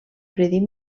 predir